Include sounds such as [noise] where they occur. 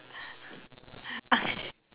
[laughs]